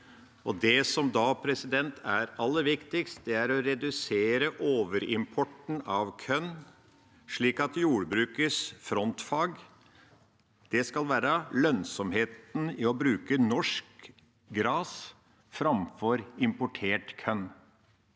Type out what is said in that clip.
Det som da er aller viktigst, er å redusere overimporten av korn, slik at jordbrukets frontfag skal være lønnsomheten i å bruke norsk gras framfor importert korn.